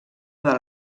del